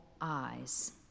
eyes